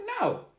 no